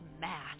math